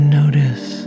notice